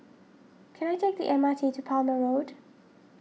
can I take the M R T to Palmer Road